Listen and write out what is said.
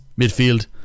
midfield